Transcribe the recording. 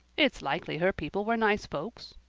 it's likely her people were nice folks.